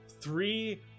three